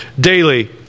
daily